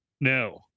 No